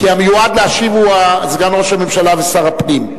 כי המיועד להשיב הוא סגן ראש הממשלה ושר הפנים.